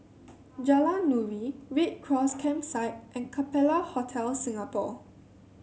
Jalan Nuri Red Cross Campsite and Capella Hotel Singapore